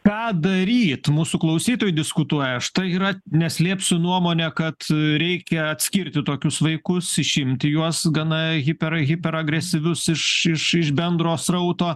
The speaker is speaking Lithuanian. ką daryt mūsų klausytojai diskutuoja štai yra neslėpsiu nuomonė kad reikia atskirti tokius vaikus išimti juos gana hiper hiper agresyvius iš iš iš bendro srauto